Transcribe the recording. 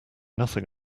nothing